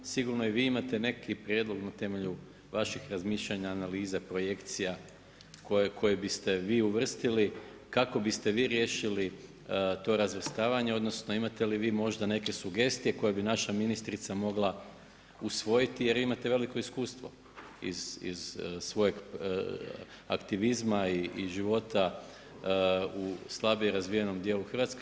Sigurno i vi imate neki prijedlog na temelju vaših razmišljanja, analize projekcija koje biste vi uvrstili, kako biste vi riješili to razvrstavanje, odnosno imate li vi možda neke sugestije koje bi naša ministrica mogla usvojiti jer imate veliku iskustvo iz svojeg aktivizma i života u slabije razvijenom dijelu Hrvatske.